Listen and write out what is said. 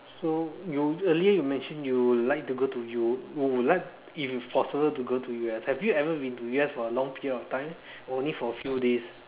so you earlier you mention you like to go to you would like if it's possible to go to U_S have you ever been to U_S for a long period of time or only for a few days